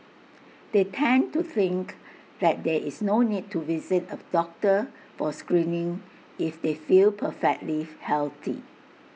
they tend to think that there is no need to visit A doctor for screening if they feel perfectly healthy